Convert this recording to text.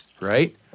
right